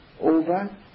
over